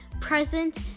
present